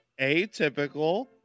atypical